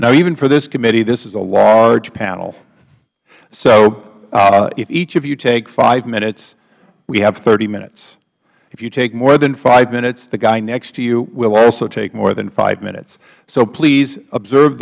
now even for this committee this is a large panel so if each of you take five minutes we have hminutes if you take more than five minutes the guy next to you will also take more than five minutes so please observe